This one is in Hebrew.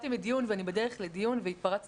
אני אגיד שיצאתי מדיון ואני בדרך לדיון והתפרצתי,